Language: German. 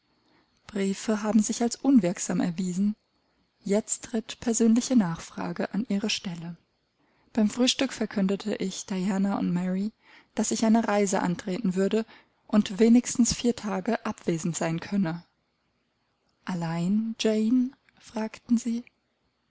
briefe haben sich als unwirksam erwiesen jetzt tritt persönliche nachfrage an ihre stelle beim frühstück verkündete ich diana und mary daß ich eine reise antreten würde und wenigstens vier tage abwesend sein könne allein jane fragten sie